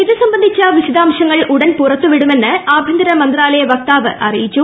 ഇത് സംബന്ധിച്ച വിശദാംശങ്ങൾ ഉടൻ പുറത്തു വിടുമെന്ന് ആഭ്യന്തര മന്ത്രാലയ വക്താവ് അറിയിച്ചു